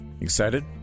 Excited